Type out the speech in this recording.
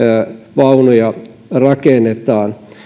vaunuja rakennetaan